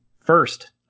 first